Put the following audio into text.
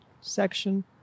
section